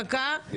עצמאיים --- מי?